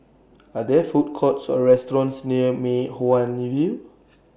Are There Food Courts Or restaurants near Mei Hwan View